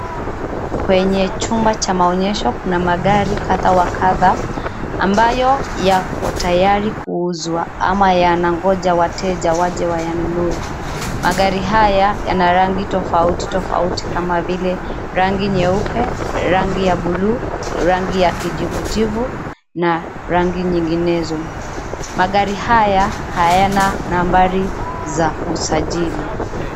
Kwenye chumba cha maonyesho kuna magari kadha wa kadha, ambayo yako tayari kuuzwa ama yanangoja wateja waje wayanunue. Magari haya yana rangi tofauti tofauti kama vile rangi nyeupe, rangi ya buluu, rangi ya kijivijivu na rangi nyinginezo. Magari haya hayana nambari za usajili.